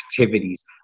activities